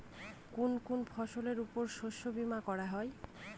কোন কোন ফসলের উপর শস্য বীমা করা যায়?